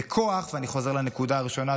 ואני חוזר לנקודה הראשונה,